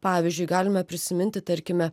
pavyzdžiui galime prisiminti tarkime